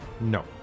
No